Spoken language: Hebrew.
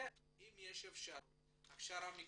יש ליידע אותם בדבר הכשרה מקצועית,